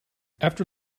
after